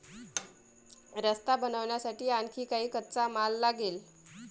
रस्ता बनवण्यासाठी आणखी काही कच्चा माल लागेल